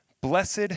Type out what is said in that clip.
Blessed